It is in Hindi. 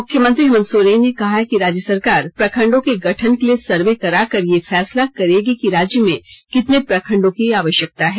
मुख्यमंत्री हेमंत सोरेन ने कहा है कि राज्य सरकार प्रखंडों के गठन के लिये सर्वे कराकर यह फैसला करेगी कि राज्य में कितने प्रखंडो की आवश्यकता है